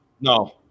No